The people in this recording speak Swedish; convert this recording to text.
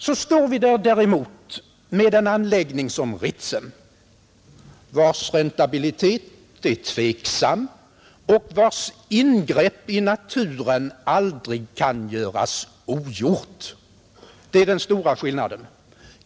Då står vi där med en anläggning som Ritsem, vars räntabilitet är tveksam och vars ingrepp i naturen aldrig kan göras ogjort — det är den stora skillnaden.